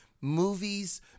movies